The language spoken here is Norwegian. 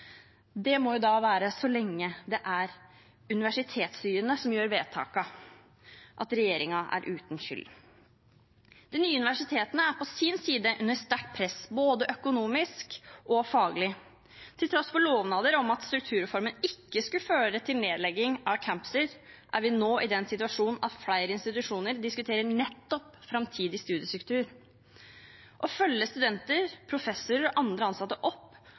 Det må være så lenge det er universitetsstyrene som gjør vedtakene, at regjeringen er uten skyld. De nye universitetene er på sin side under sterkt press, både økonomisk og faglig. Til tross for lovnader om at strukturreformen ikke skulle føre til nedlegging av campuser, er vi nå i den situasjonen at flere institusjoner diskuterer nettopp framtidig studiestruktur. Å følge studenter, professorer og andre ansatte godt opp